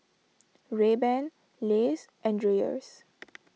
Rayban Lays and Dreyers